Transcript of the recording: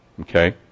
Okay